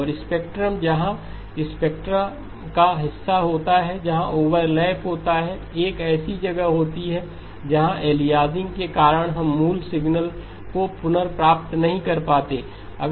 और स्पेक्ट्रम जहां स्पेक्ट्रम का हिस्सा होता है जहां ओवरलैप होता है एक ऐसी जगह होती है जहां अलियासिंग के कारण हम मूल सिग्नल को पुनर्प्राप्त नहीं कर पाते हैं